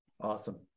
Awesome